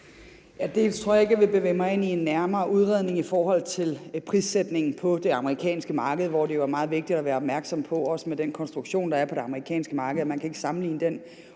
Jeg tror ikke, jeg vil bevæge mig ind i en nærmere udredning i forhold til prissætningen på det amerikanske marked, hvor det jo er meget vigtigt at være opmærksom på, også med den konstruktion, der er på det amerikanske marked, at man kan ikke sammenligne den